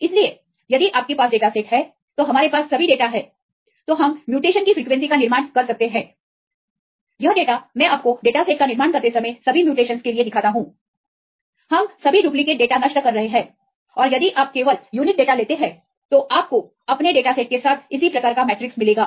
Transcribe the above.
इसलिए यदि आपके पास डेटा सेट है तो हमारे पास सभी डेटा हैं तो हम म्यूटेशन की फ्रीक्वेंसी का निर्माण कर सकते हैं यह डेटा मैं आपके डेटा सेट का निर्माण करते समय सभी म्यूटेशनस के लिए दिखाता हूं हम सभी डुप्लिकेट डेटा नष्ट कर रहे हैं और यदि आप केवल यूनिक डेटा लेते हैं तो आपको अपने डेटा सेट के साथ इसी प्रकार का मैट्रिक्स मिलेगा